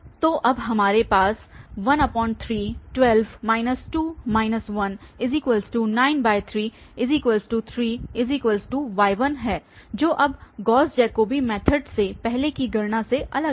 तो अब हमारे पास 1312 2 193 3 y1 है जो अब गॉस जैकोबी मैथड से पहले की गणना से अलग है